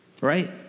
Right